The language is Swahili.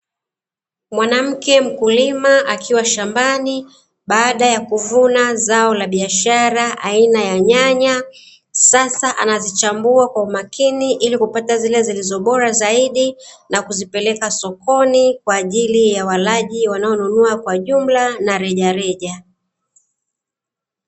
Mwanamke mkulima, akiwa shambani baada ya kuvuna zao la biashara aina ya nyanya, sasa anazichambua kwa umakini ili kupata zile zilizo bora zaidi na kuzipeleka sokoni kwa ajili ya walaji wanaonunua kwa jumla na rejareja.